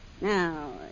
Now